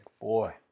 Boy